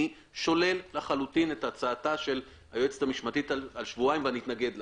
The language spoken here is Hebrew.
אני שולל לחלוטין את הצעתה של היועצת המשפטית על שבועיים ואני אתנגד לה.